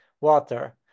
water